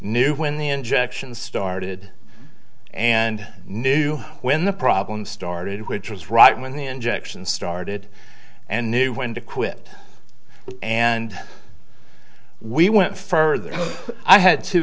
knew when the injection started and knew when the problem started which was right when the injection started and knew when to quit and we went further i had t